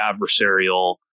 adversarial